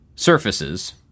surfaces